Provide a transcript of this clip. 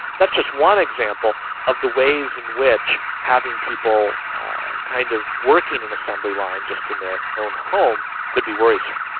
that's just one example of the ways in which having people kind of working an and assembly line just in their own home could be worrisome.